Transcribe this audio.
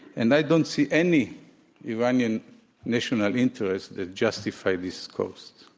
and i don't see any iranian national interests that justifies this cost.